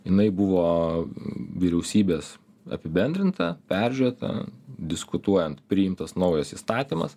jinai buvo vyriausybės apibendrinta peržiūrėta diskutuojant priimtas naujas įstatymas